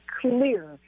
clear